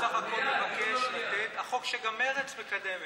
החוק בסך הכול מבקש לתת, החוק שגם מרצ מקדמת.